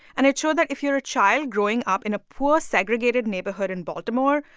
and it showed that if you're a child growing up in a poor segregated neighborhood in baltimore,